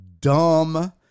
dumb